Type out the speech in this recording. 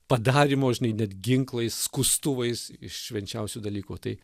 padarymo žinai net ginklais skustuvais iš švenčiausių dalykų tai